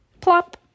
plop